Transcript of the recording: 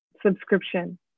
subscription